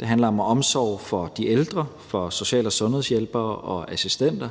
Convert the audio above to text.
Det handler om omsorg for de ældre, hvad angår social- og sundhedshjælpere og -assistenter;